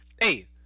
Hey